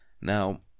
now